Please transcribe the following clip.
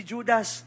Judas